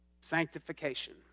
Sanctification